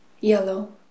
yellow